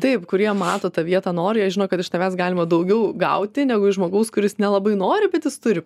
taip kurie mato tą vietą nori jie žino kad iš tavęs galima daugiau gauti negu iš žmogaus kuris nelabai nori bet jis turi